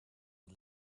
the